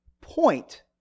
point